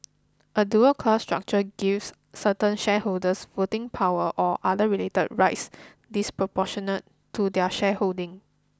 a dual class structure gives certain shareholders voting power or other related rights disproportionate to their shareholding